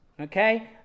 okay